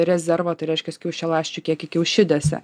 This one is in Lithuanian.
rezervą tai reiškias kiaušialąsčių kiekį kiaušidėse